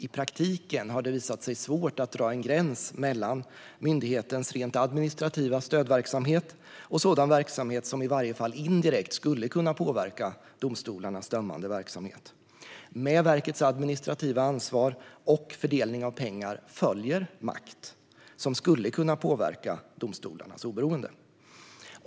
I praktiken har det visat sig svårt att dra en gräns mellan myndighetens rent administrativa stödverksamhet och sådan verksamhet som i varje fall indirekt skulle kunna påverka domstolarnas dömande verksamhet. Med verkets administrativa ansvar och fördelning av pengar följer makt som skulle kunna påverka domstolarnas oberoende.